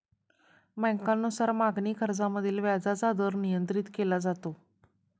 बँकांनुसार मागणी कर्जामधील व्याजाचा दर नियंत्रित केला जातो